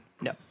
No